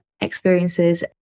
experiences